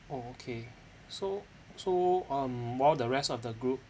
oh okay so so um while the rest of the group